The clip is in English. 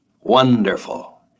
Wonderful